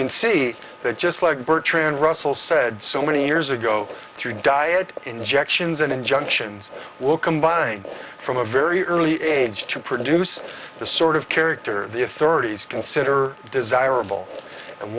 can see that just like bertrand russell said so many years ago through diet injections and injunctions will combine from a very early age to produce the sort of character your thirty's consider desirable and